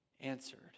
answered